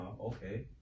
okay